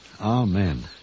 Amen